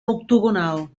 octogonal